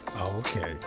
Okay